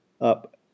up